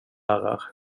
herrar